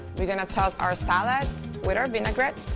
we're going to toss our salad with our vinaigrette.